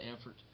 effort